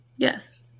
Yes